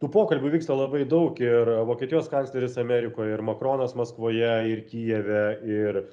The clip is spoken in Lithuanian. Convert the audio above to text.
tų pokalbių vyksta labai daug ir vokietijos kancleris amerikoje ir makronas maskvoje ir kijeve ir